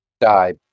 Die